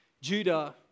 Judah